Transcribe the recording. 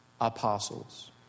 apostles